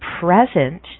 present